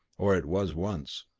or it was once.